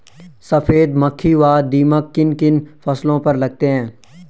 सफेद मक्खी व दीमक किन किन फसलों पर लगते हैं?